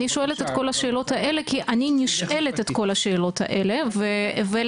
אני שואלת את כל השאלות האלה כי אני נשאלת את כל השאלות האלה ולאנשים